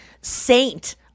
saint